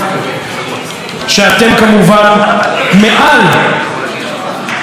כשאתם כמובן מעל התרבות של זולתכם,